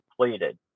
completed